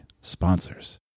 sponsors